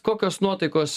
kokios nuotaikos